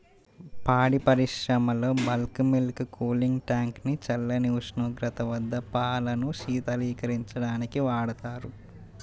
పాడి పరిశ్రమలో bulk milk cooling tank ని చల్లని ఉష్ణోగ్రత వద్ద పాలను శీతలీకరించడానికి వాడతారు